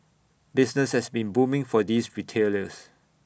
business has been booming for these retailers